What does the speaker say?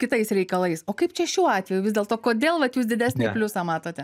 kitais reikalais kaip čia šiuo atveju vis dėlto kodėl vat jūs didesnį pliusą matote